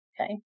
Okay